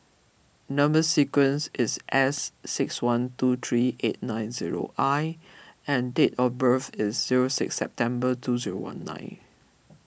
Number Sequence is S six one two three eight nine zero I and date of birth is zero six September two zero one nine